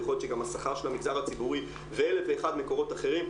ויכול להיות שגם השכר של המגזר הציבורי ואלף ואחד מקורות אחרים,